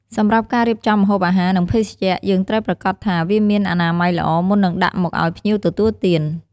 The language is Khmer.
សម្រាប់ការររៀបចំម្ហូបអាហារ និងភេសជ្ជៈយើងត្រូវប្រាកដថាវាមានអនាម័យល្អមុននឹងដាក់មកអោយភ្ញៀវទទួលទាន។